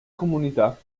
comunità